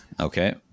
Okay